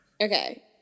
Okay